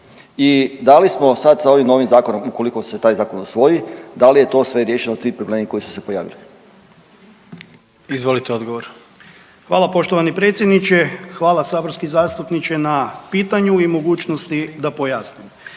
i da li smo sad sa ovim novim Zakonom, ukoliko se taj zakon usvoji, da li je to sve riješeno, svi problemi koji su se pojavili? **Jandroković, Gordan (HDZ)** Izvolite odgovor. **Horvat, Darko (HDZ)** Hvala poštovani predsjedniče. Hvala saborski zastupniče na pitanju i mogućnosti da pojasnim.